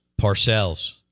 Parcells